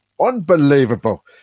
unbelievable